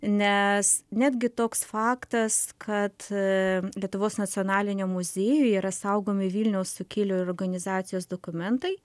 nes netgi toks faktas kad lietuvos nacionaliniam muziejuje yra saugomi vilniaus sukilėlių organizacijos dokumentai